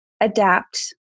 adapt